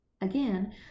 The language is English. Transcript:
Again